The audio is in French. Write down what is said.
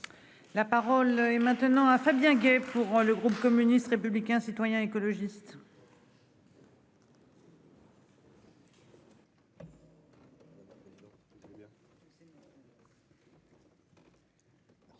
La parole est maintenant à Fabien Gay pour le groupe communiste républicain citoyen écologiste.